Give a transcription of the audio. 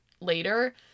later